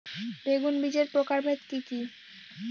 বেগুন বীজের প্রকারভেদ কি কী?